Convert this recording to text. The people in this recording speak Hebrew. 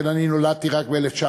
שכן אני נולדתי רק ב-1939,